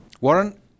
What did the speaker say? Warren